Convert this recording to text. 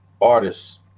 artists